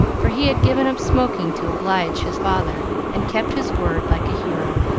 for he had given up smoking to oblige his father, and kept his word like a hero.